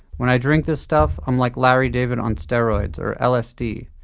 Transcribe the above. when i drink this stuff, i'm like larry david on steroids, or lsd.